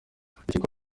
urukiko